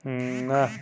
نہَ